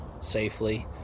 safely